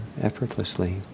effortlessly